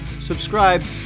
subscribe